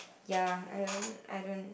ya I don't I don't